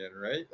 right